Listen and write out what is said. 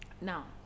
now